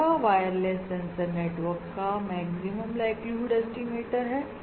यह wireless sensor network का maximum likelihood estimate है